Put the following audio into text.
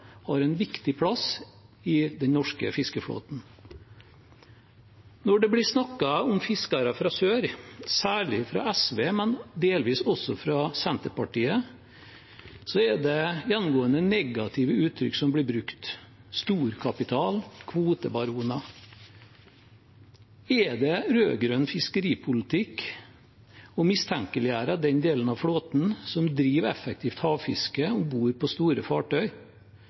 har en viktig plass i den norske fiskeflåten. Når det blir snakket om fiskere fra sør – særlig fra SV, men delvis også fra Senterpartiet – er det gjennomgående negative uttrykk som blir brukt: storkapital og kvotebaroner. Er det rød-grønn fiskeripolitikk å mistenkeliggjøre den delen av flåten som driver effektivt havfiske om bord på store fartøy,